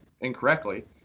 incorrectly